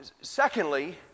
Secondly